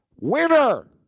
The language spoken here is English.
WINNER